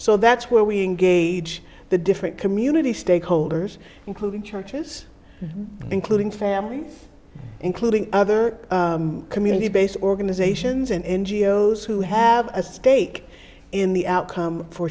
so that's where we engage the different community stakeholders including churches including families including other community based organizations and n g o s who have a stake in the outcome for